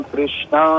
Krishna